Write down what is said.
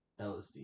LSD